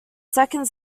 second